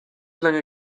lange